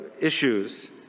issues